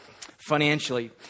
financially